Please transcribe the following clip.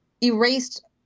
erased